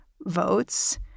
votes